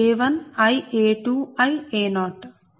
Ia1 Ia2 Ia0